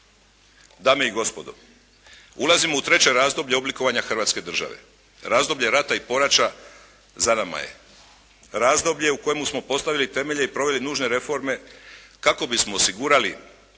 Dame i gospodo! Ulazimo u treće razdoblje oblikovanja Hrvatske Države. Razdoblje rata i poraća za nama je. Razdoblje u kojemu smo postavili temelje i proveli nužne reforme kako bismo osigurali